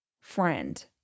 friend